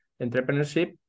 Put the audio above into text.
entrepreneurship